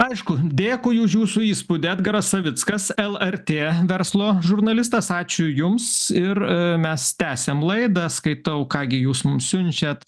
aišku dėkui už jūsų įspūdį edgaras savickas elertė verslo žurnalistas ačiū jums ir mes tęsiam laidą skaitau ką gi jūs mums siunčiat